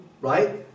right